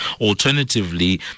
Alternatively